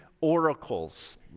oracles